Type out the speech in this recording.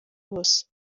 bose